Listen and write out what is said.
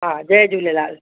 हा जय झूलेलाल